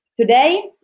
today